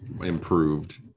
improved